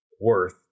worth